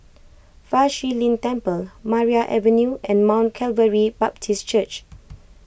Fa Shi Lin Temple Maria Avenue and Mount Calvary Baptist Church